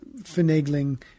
finagling